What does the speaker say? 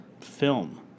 film